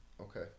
Okay